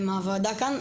מהוועדה כאן?